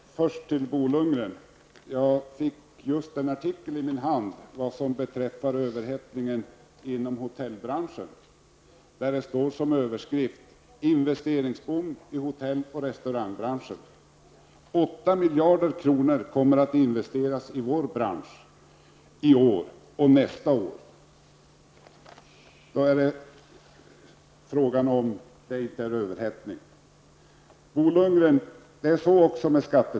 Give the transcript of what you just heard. Herr talman! Jag vänder mig först till Bo Lundgren. Jag fick just en artikel i min hand som handlar om överhettningen inom hotellbranschen. Överskriften lyder: ''Investeringsboomen i hotelloch restaurangbranschen''. Artikeln fortsätter: ''Åtta miljarder kronor kommer att investeras i vår bransch i år och nästa år.'' Är inte detta överhettning?